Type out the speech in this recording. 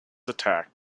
attacked